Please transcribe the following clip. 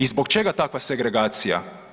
I zbog čega takva segregacija?